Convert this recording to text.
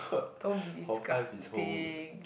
don't be disgusting